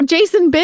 Jason